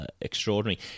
extraordinary